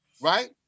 right